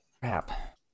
Crap